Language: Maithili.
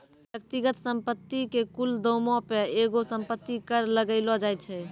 व्यक्तिगत संपत्ति के कुल दामो पे एगो संपत्ति कर लगैलो जाय छै